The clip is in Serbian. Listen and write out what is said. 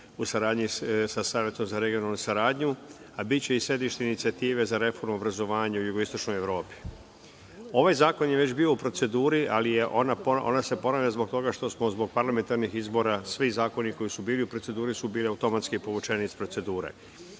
u saradnji sa Savetom za regionalnu saradnju, a biće i sedište inicijative za reformu i obrazovanje u Jugoistočnoj Evropi. Ovaj zakon je već bio u proceduri, ali se ona ponavlja zbog toga što smo zbog parlamentarnih izbora, svi zakoni koji su bili u proceduri su bili automatski povučeni iz procedure.